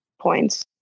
points